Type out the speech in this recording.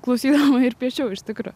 klausydama ir piečiau iš tikro